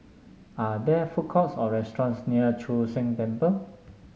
are there food courts or restaurants near Chu Sheng Temple